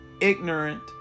ignorant